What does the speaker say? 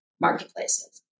marketplaces